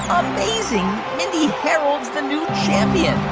um amazing. mindy, harold's the new champion